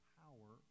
power